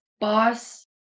Boss